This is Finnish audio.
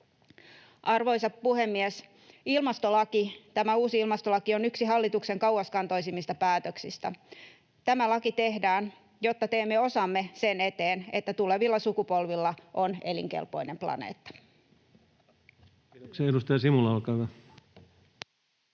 Arvoisa puhemies! Tämä uusi ilmastolaki on yksi hallituksen kauaskantoisimmista päätöksistä. Tämä laki tehdään, jotta teemme osamme sen eteen, että tulevilla sukupolvilla on elinkelpoinen planeetta. [Speech